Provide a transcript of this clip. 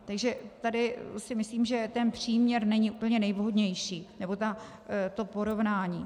Takže tady si myslím, že ten příměr není úplně nejvhodnější, nebo to porovnání.